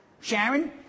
Sharon